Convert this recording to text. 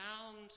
found